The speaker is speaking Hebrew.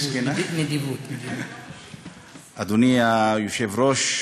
אדוני היושב-ראש,